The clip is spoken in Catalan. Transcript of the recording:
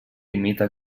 imita